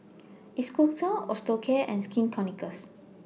Isocal Osteocare and Skin Ceuticals